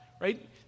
right